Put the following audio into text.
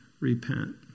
Repent